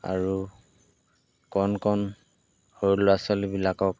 আৰু কণ কণ সৰু ল'ৰা ছোৱালীবিলাকক